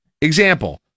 Example